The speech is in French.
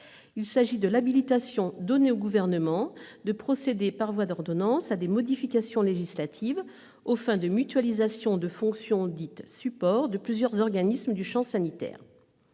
: celui de l'habilitation donnée au Gouvernement de procéder par voie d'ordonnances à des modifications législatives aux fins de mutualisation de fonctions dites « support » de plusieurs organismes du champ sanitaire.